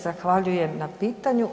Zahvaljujem na pitanju.